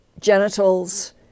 Genitals